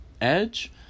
Edge